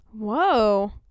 Whoa